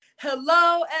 hello